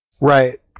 Right